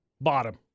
bottom